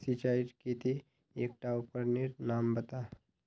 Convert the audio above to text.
सिंचाईर केते एकटा उपकरनेर नाम बता?